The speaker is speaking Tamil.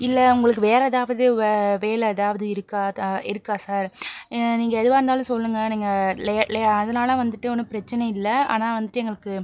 இல்லை உங்களுக்கு வேறு ஏதாவது வே வேலை ஏதாவது இருக்கா த இருக்கா சார் நீங்கள் எதுவாக இருந்தாலும் சொல்லுங்க நீங்கள் லே லே அதனால வந்துட்டு ஒன்றும் பிரச்சின இல்லை ஆனால் வந்துட்டு எங்களுக்கு